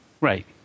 right